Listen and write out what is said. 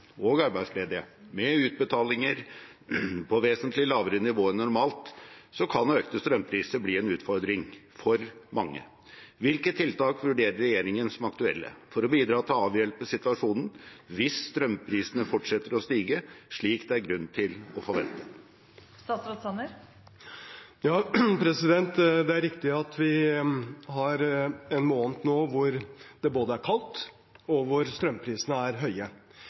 og arbeidsledige, med utbetalinger på vesentlig lavere nivå enn normalt, kan økte strømpriser bli en utfordring for mange. Hvilke tiltak vurderer regjeringen som aktuelle for å bidra til å avhjelpe situasjonen hvis strømprisene fortsetter å stige, slik det er grunn til å anta? Det er riktig at vi har en måned nå da det både er kaldt og strømprisene er høye.